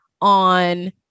on